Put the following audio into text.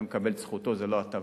שבן-אדם מקבל את זכותו זו לא הטבה.